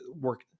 work